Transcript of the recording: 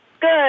Good